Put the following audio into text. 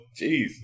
Jeez